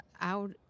out